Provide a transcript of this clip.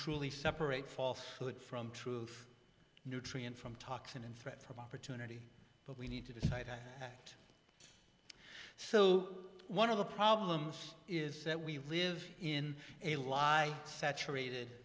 truly separate false food from truth nutrient from toxin and threat from opportunity but we need to decide that so one of the problems is that we live in a lie saturated